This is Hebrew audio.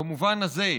במובן הזה,